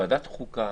ועדת חוקה